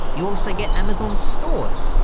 you also get amazon stores,